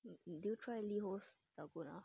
did you try liho dalgona